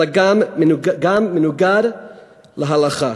אלא גם מנוגד להלכה.